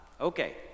okay